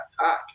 attack